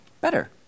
better